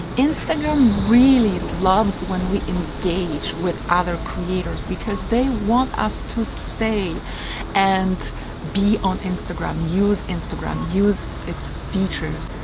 instagram really loves when we engage with other creators because they want us to stay and be on instagram, use instagram, use its features.